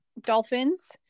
dolphins